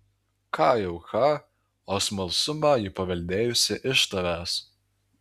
ką jau ką o smalsumą ji paveldėjusi iš tavęs